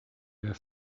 were